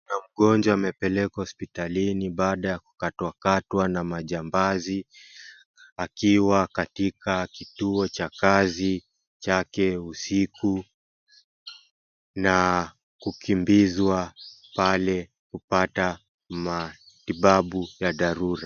Kuna mgonjwa amepelekwa hospitalini baada ya kukatwalatwa na majambazi akiwa katika kituo cha kazi chake usiku na kukimbizwa pale kupata matibabu ya dharura.